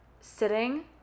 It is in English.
sitting